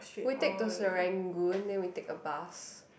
we take to Serangoon then we take a bus